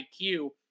IQ